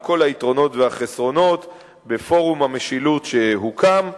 על כל היתרונות והחסרונות בפורום המשילות שהוקם,